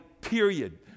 period